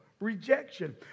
Rejection